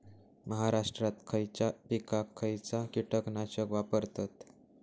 महाराष्ट्रात खयच्या पिकाक खयचा कीटकनाशक वापरतत?